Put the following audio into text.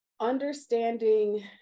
Understanding